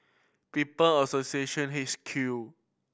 People Association